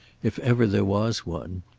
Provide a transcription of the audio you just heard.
if ever there was one.